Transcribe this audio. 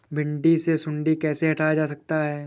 भिंडी से सुंडी कैसे हटाया जा सकता है?